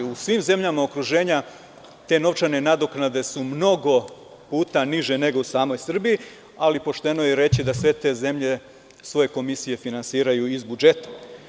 U svim zemljama okruženja te novčane nadoknade su mnogo puta niže nego u samoj Srbiji, ali pošteno je reći da sve te zemlje svoje komisije finansiraju iz budžeta.